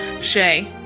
Shay